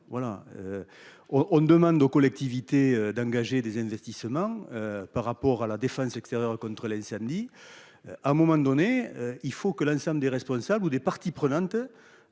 on demande aux collectivités d'engager des investissements par rapport à la défense extérieure contre samedi. À un moment donné il faut que l'ensemble des responsables ou des parties prenantes